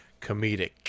Comedic